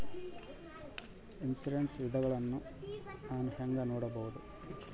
Insurance ವಿಧಗಳನ್ನ ನಾನು ಹೆಂಗ ನೋಡಬಹುದು?